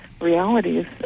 realities